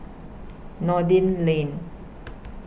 Noordin Lane